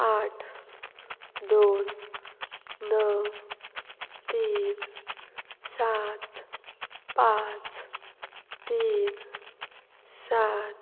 आठ दोन णव तीन सात पांच तीन सात